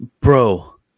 Bro